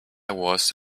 was